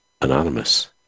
anonymous